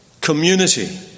community